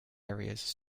areas